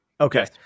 Okay